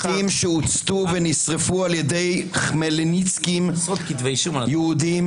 בתים שהוצתו ונשרפו על ידי חמלניצקים יהודים,